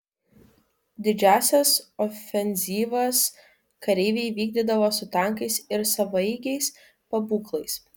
didžiąsias ofenzyvas kareiviai vykdydavo su tankais ir savaeigiais pabūklais